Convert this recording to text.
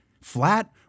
Flat